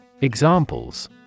Examples